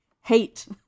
hate